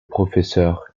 professeur